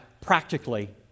practically